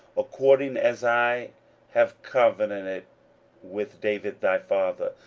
according as i have covenanted with david thy father,